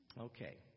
Okay